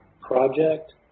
Project